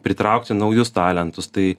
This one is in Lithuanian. pritraukti naujus talentus tai